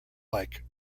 like